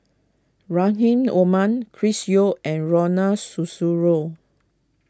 Rahim Omar Chris Yeo and Ronald Susilo